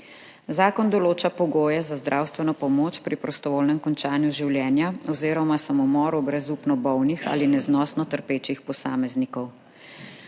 Zakon določa pogoje za zdravstveno pomoč pri prostovoljnem končanju življenja oziroma samomoru brezupno bolnih ali neznosno trpečih posameznikov.